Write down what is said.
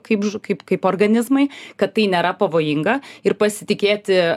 kaip kaip kaip organizmai kad tai nėra pavojinga ir pasitikėti